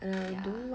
ya